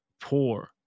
poor